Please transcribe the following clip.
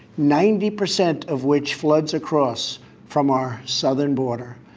ninety percent of which floods across from our southern border.